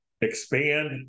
expand